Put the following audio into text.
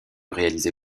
réaliser